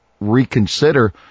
reconsider